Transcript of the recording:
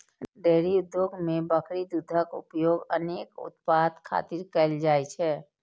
dairy उद्योग मे बकरी दूधक उपयोग अनेक उत्पाद खातिर कैल जाइ छै